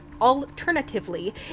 Alternatively